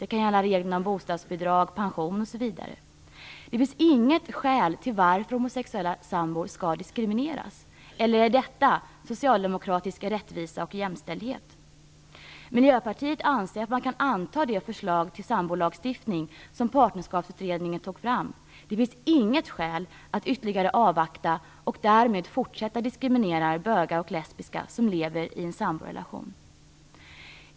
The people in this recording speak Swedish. Det kan gäller reglerna om bostadsbidrag, pension osv. Det finns inget skäl till att homosexuella sambor skall diskrimineras. Eller är detta socialdemokratisk rättvisa och jämställdhet? Vi i Miljöpartiet anser att det förslag till sambolagstiftning kan antas som Partnerskapsutredningen tog fram. Det finns inget skäl att ytterligare avvakta och därmed fortsätta att diskriminera bögar och lesbiska som lever i en samborelation.